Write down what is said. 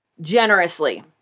generously